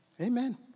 Amen